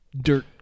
dirt